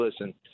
listen